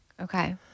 Okay